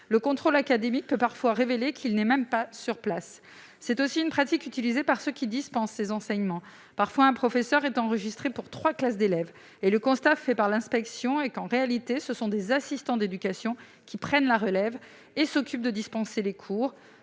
Le contrôle académique peut parfois révéler que cette personne n'est même pas présente sur place ! C'est aussi une pratique utilisée par ceux qui dispensent ces enseignements ; ainsi, un professeur est parfois enregistré pour trois classes et le constat fait par l'inspection est que, en réalité, ce sont des assistants d'éducation qui prennent la relève et dispensent les cours,